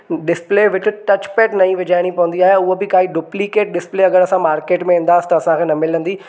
display with touch pad नईं विझाइणी पवंदी आहे उहा बि काई डुप्लिकेट डिसप्ले अगरि असां मार्केट में वेंदासि त असां खे न मिलंदी